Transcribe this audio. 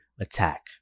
attack